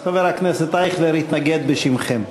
אז חבר הכנסת אייכלר יתנגד בשמכם.